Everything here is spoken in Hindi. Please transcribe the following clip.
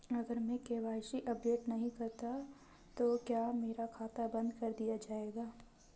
अगर मैं के.वाई.सी अपडेट नहीं करता तो क्या मेरा खाता बंद कर दिया जाएगा?